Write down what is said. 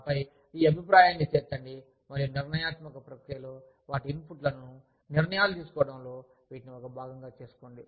ఆపై ఈ అభిప్రాయాన్ని చేర్చండి మరియు నిర్ణయాత్మక ప్రక్రియలో వాటి ఇన్పుట్లను నిర్ణయాలు తీసుకోవడంలో వీటిని ఒక భాగంగా చేసుకోండి